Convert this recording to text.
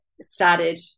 started